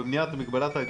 במגבלת ההתקהלות של 20 איש.